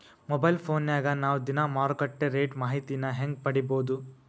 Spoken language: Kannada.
ಮೊಬೈಲ್ ಫೋನ್ಯಾಗ ನಾವ್ ದಿನಾ ಮಾರುಕಟ್ಟೆ ರೇಟ್ ಮಾಹಿತಿನ ಹೆಂಗ್ ಪಡಿಬೋದು?